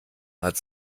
hat